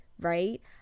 right